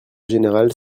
général